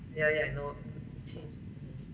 yeah yeah I know change mm